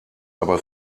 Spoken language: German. aber